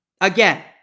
Again